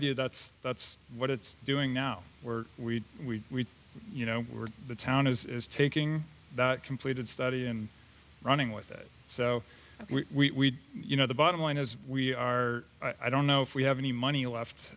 view that's that's what it's doing now were we we you know we're the town is taking the completed study and running with it so we you know the bottom line is we are i don't know if we have any money left